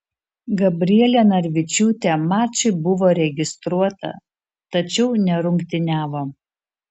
gabrielė narvičiūtė mačui buvo registruota tačiau nerungtyniavo